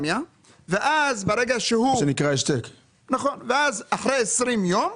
ואז אחרי עשרים ימים,